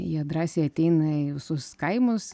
jie drąsiai ateina į visus kaimus